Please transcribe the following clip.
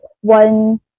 one